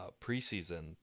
preseason